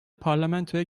parlamentoya